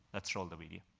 let's roll the video.